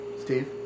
Steve